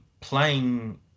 playing